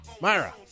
Myra